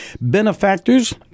benefactors